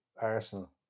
Arsenal